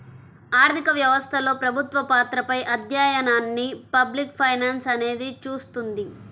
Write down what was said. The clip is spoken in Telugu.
ఆర్థిక వ్యవస్థలో ప్రభుత్వ పాత్రపై అధ్యయనాన్ని పబ్లిక్ ఫైనాన్స్ అనేది చూస్తుంది